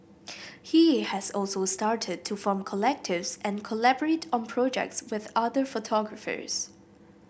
he has also started to form collectives and collaborate on projects with other photographers